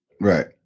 Right